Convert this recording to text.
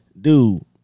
Dude